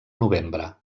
novembre